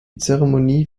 zeremonie